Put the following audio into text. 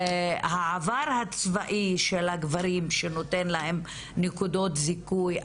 העבר הצבאי של הגברים שנותן להם נקודות זיכוי.